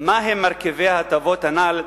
מהם מרכיבי ההטבות הנ"ל,